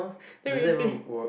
then we play